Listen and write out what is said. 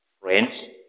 friends